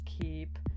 keep